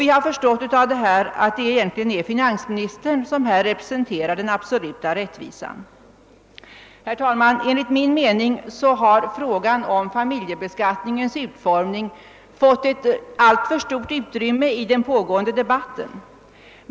Vi har förstått av detta att det egentligen är finansministern som representerar den absoluta rättvisan. Herr talman! Enligt min mening har frågan om familjebeskattningens utformning fått ett alltför stort utrymme i den pågående debatten.